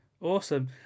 Awesome